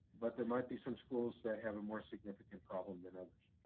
but there might be some schools that have a more significant problem than others.